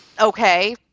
okay